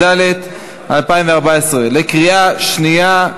התשע"ד 2014, בקריאה שנייה.